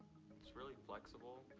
it's really flexible.